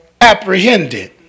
apprehended